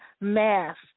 mask